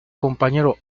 compañero